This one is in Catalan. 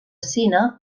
cine